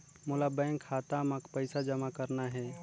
मोला बैंक खाता मां पइसा जमा करना हे?